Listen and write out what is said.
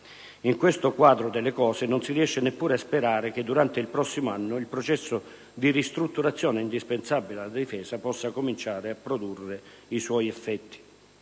In questo quadro delle cose non si riesce neppure a sperare che durante il prossimo anno il processo di ristrutturazione indispensabile alla Difesa possa cominciare a produrre i suoi effetti.